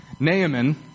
Naaman